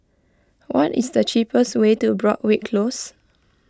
what is the cheapest way to Broadrick Close